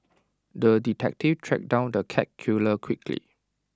the detective tracked down the cat killer quickly